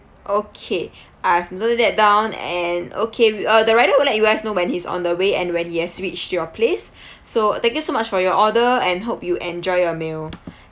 okay I've noted that down and okay w~ uh the rider will let you guys know when he's on the way and when he has reached your place so thank you so much for your order and hope you enjoy your meal